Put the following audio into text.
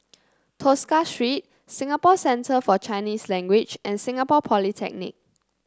Tosca Street Singapore Centre For Chinese Language and Singapore Polytechnic